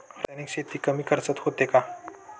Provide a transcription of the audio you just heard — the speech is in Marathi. रासायनिक शेती कमी खर्चात होते का?